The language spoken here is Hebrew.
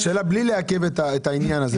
השאלה בלי לעכב את העניין הזה.